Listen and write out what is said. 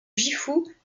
gifu